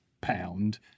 pound